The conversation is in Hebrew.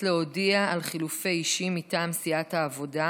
ארבעה בעד,